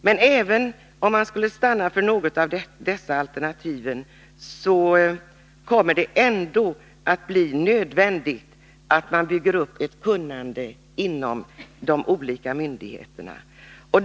Men även om man skulle stanna för något av dessa alternativ kommer det att bli nödvändigt att bygga upp ett kunnande inom de olika myndigheterna.